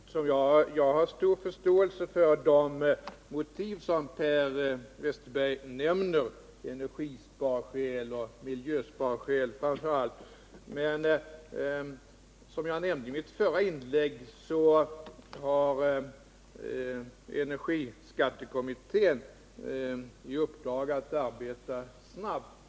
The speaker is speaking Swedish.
Herr talman! Jag har stor förståelse för de motiv som Per Westerberg nämner — framför allt energisparande och miljöskydd. Men som jag sade i mitt förra inlägg har energiskattekommittén i uppdrag att arbeta snabbt.